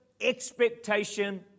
expectation